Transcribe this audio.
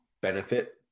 benefit